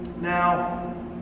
Now